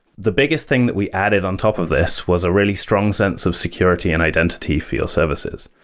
the biggest thing that we added on top of this was a really strong sense of security and identity for your services.